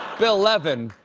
bill levin.